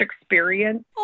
experience